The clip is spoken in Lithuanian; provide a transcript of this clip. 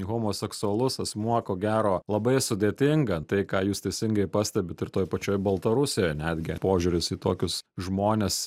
homoseksualus asmuo ko gero labai sudėtinga tai ką jūs teisingai pastebit ir toj pačioj baltarusijoj netgi požiūris į tokius žmones